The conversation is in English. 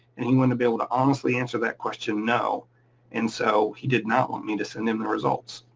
and you wanna be able to honestly answer that question no and so he did not want me to send him the results.